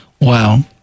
Wow